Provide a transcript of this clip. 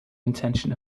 intention